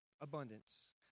abundance